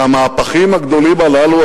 שהמהפכים הגדולים הללו,